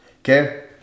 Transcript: Okay